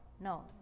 no